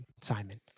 Simon